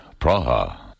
Praha